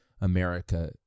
America